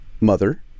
mother